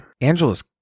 angela's